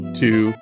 two